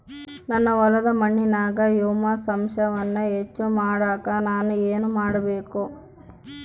ನನ್ನ ಹೊಲದ ಮಣ್ಣಿನಾಗ ಹ್ಯೂಮಸ್ ಅಂಶವನ್ನ ಹೆಚ್ಚು ಮಾಡಾಕ ನಾನು ಏನು ಮಾಡಬೇಕು?